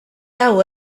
hau